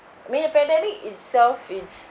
I mean the pandemic itself it's